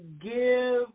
give